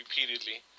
repeatedly